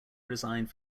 resigned